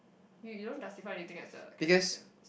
y~ you don't justify what anything as a character